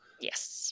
Yes